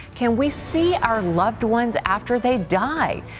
can we see our loved ones after they die?